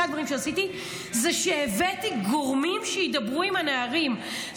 זה שהבאתי גורמים שידברו עם הנערים,